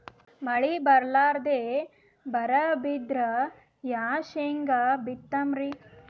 ಮಳಿ ಬರ್ಲಾದೆ ಬರಾ ಬಿದ್ರ ಯಾ ಶೇಂಗಾ ಬಿತ್ತಮ್ರೀ?